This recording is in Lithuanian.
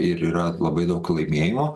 ir yra labai daug laimėjimų